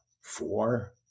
four